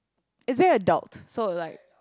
is very adult so like